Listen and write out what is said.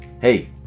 Hey